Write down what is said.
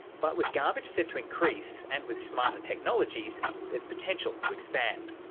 but with garbage set to increase, and with smarter technologies, there's potential to expand.